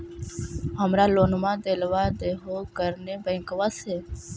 हमरा लोनवा देलवा देहो करने बैंकवा से?